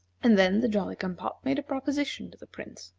and then the jolly-cum-pop made a proposition to the prince.